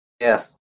yes